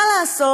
מה לעשות?